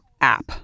app